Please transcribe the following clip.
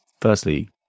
firstly